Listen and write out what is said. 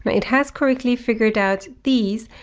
it has correctly figured out these.